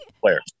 player